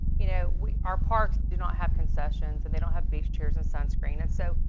you know, we, our parks do not have concessions, and they don't have beach chairs and sunscreen. and so,